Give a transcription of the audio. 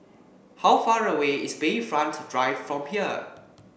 how far away is Bayfront Drive from here